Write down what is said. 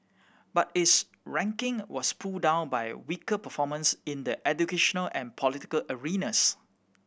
but its ranking was pulled down by weaker performance in the educational and political arenas